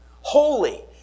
holy